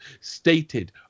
stated